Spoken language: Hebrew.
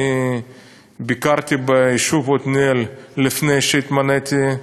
ביקרתי ביישוב עתניאל לפני שהתמניתי,